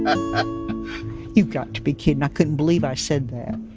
ah you've got to be kidding. i couldn't believe i said that.